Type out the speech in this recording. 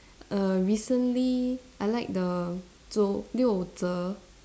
err recently I like the 周六者